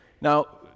Now